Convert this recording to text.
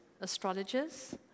astrologers